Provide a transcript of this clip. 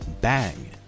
Bang